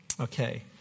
Okay